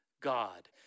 God